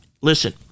Listen